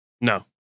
No